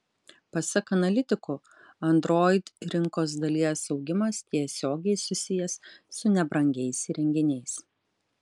pasak analitikų android rinkos dalies augimas tiesiogiai susijęs su nebrangiais įrenginiais